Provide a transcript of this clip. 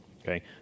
Okay